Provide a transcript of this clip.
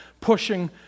pushing